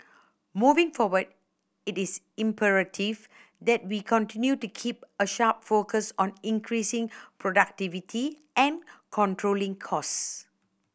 moving forward it is imperative that we continue to keep a sharp focus on increasing productivity and controlling costs